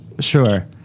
sure